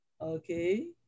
Okay